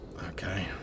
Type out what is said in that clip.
Okay